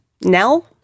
Nell